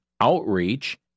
outreach